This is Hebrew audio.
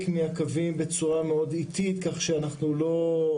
מהקווים בצורה מאוד איטית כך שאנחנו לא,